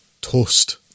toast